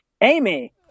Amy